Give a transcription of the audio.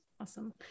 awesome